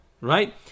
Right